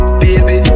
baby